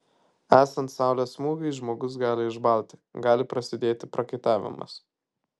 esant saulės smūgiui žmogus gali išbalti gali prasidėti prakaitavimas